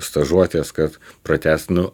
stažuotės kad pratęst nu